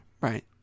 Right